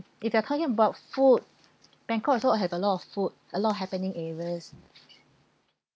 if you are talking about food bangkok also have a lot of food a lot of happening areas